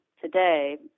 today